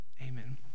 Amen